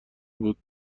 بود